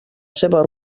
seva